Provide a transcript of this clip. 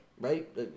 right